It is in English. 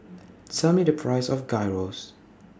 Tell Me The Price of Gyros